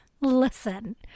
listen